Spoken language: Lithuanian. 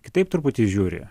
kitaip truputį žiūri